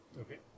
Okay